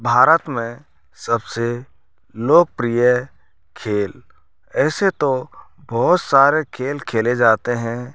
भारत में सबसे लोकप्रिय खेल ऐसे तो बहुत सारे खेल खेले जाते हैं